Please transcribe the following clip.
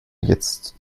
jetzt